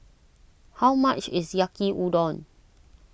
how much is Yaki Udon